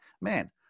man